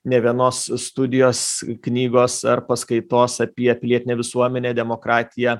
ne vienos studijos knygos ar paskaitos apie pilietinę visuomenę demokratiją